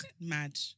Mad